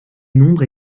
nombre